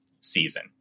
season